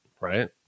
Right